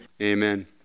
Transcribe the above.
Amen